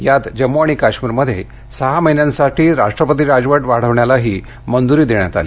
यात जम्मू काश्मीरमध्ये सहा महिन्यांसाठी राष्ट्रपती राजवट वाढवण्यालाही मंजुरी देण्यात आली